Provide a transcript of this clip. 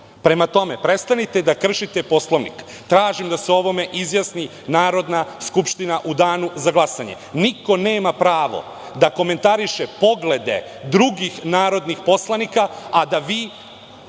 Prema tome, prestanite da kršite Poslovnik. Tražim da se o ovome izjasni Narodna skupština u Danu za glasanje. Niko nema pravo da komentariše poglede drugih narodnih poslanika a da vi,